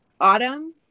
autumn